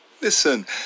Listen